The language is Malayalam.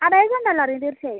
അടയാളം കണ്ടാല്ലറിയും തീർച്ചയായും